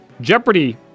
jeopardy